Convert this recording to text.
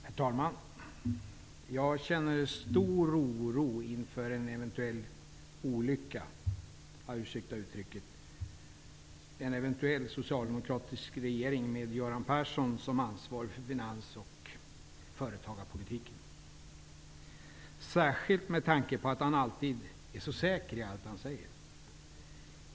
Herr talman! Jag känner stor oro inför en eventuell olycka -- ursäkta uttrycket -- dvs. en eventuell socialdemokratisk regering med Göran Persson som ansvarig för finans och företagarpolitiken, särskilt med tanke på att han alltid är så säker på allt han säger.